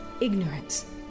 ignorance